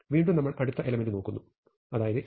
വീണ്ടും നമ്മൾ അടുത്ത എലെമെന്റ് നോക്കുന്നു അതായത് 89